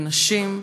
ונשים,